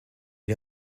est